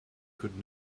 could